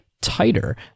tighter